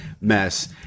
mess